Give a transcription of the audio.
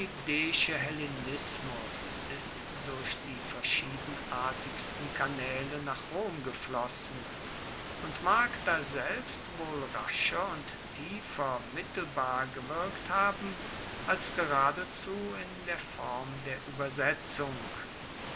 ist durch die verschiedenartigsten kanaele nach rom geflossen und mag daselbst wohl rascher und tiefer mittelbar gewirkt haben als geradezu in der form der uebersetzung